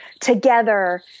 together